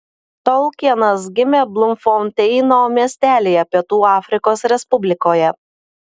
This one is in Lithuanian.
tolkienas gimė blumfonteino miestelyje pietų afrikos respublikoje